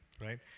right